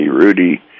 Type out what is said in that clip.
Rudy